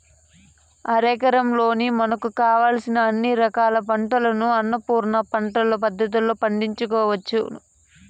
అరెకరంలోనే మనకు కావలసిన అన్ని రకాల పంటలను అన్నపూర్ణ పంటల పద్ధతిలో పండించుకోవచ్చు